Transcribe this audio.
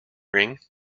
ring